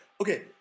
Okay